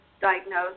diagnose